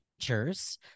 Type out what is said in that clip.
teachers